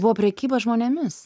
buvo prekyba žmonėmis